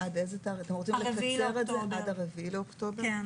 עד ה-4 באוקטובר.